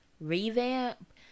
revamp